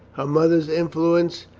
her mother's influence,